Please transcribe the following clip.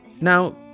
Now